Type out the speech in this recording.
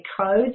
code